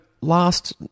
last